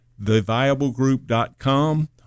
theviablegroup.com